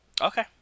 Okay